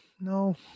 No